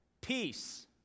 Peace